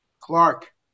Clark